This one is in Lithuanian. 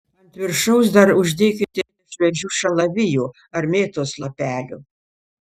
ant viršaus dar uždėkite šviežių šalavijų ar mėtos lapelių